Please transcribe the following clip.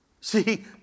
see